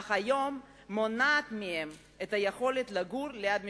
אך היום מונעת מהם את היכולת לגור ליד משפחותיהם.